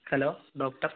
hello doctor